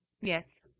Yes